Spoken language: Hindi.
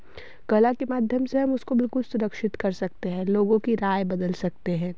कला के माध्यम से हम उसको बिलकुल सुरक्षित कर सकते हैं लोगों की राय बदल सकते हैं